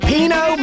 Pino